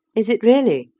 is it really?